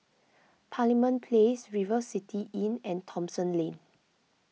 Parliament Place River City Inn and Thomson Lane